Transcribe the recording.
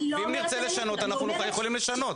אם נרצה לשנות, אנחנו יכולים לשנות.